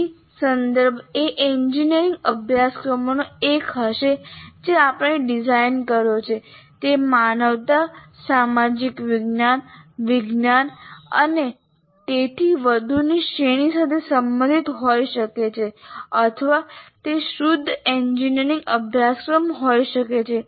ADDIE સંદર્ભ એ engineering અભ્યાસક્રમોમાંનો એક હશે જે આપણે ડિઝાઇન કર્યો છે તે માનવતા સામાજિકવિજ્ઞાન વિજ્ઞાન અને તેથી વધુની શ્રેણી સાથે સંબંધિત હોઈ શકે છે અથવા તે શુદ્ધ એન્જિનિયરિંગ અભ્યાસક્રમ હોઈ શકે છે